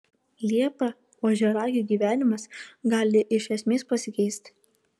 liepą ožiaragių gyvenimas gali iš esmės pasikeisti